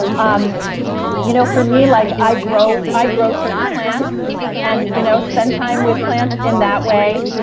um you know for me, like i grow i grow certain plants and you know spend time with plants in that way,